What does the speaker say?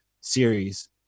series